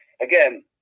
Again